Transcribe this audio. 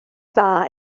dda